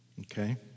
Okay